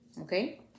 okay